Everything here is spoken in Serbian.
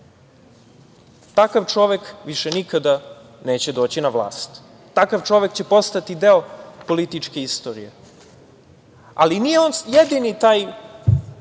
Takav čovek više nikada neće doći na vlast. Takav čovek će postati deo političke istorije. Nije on jedini taj,